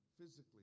physically